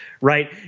right